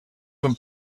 when